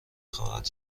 خواهد